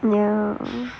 ya